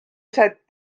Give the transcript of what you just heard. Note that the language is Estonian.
aset